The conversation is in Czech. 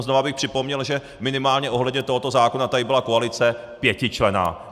Znova bych připomněl, že minimálně ohledně tohoto zákona tady byla koalice pětičlenná.